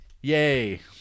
yay